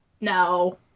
no